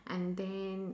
and then